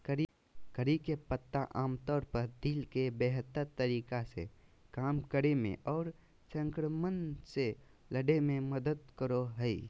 करी के पत्ता आमतौर पर दिल के बेहतर तरीका से काम करे मे आर संक्रमण से लड़े मे मदद करो हय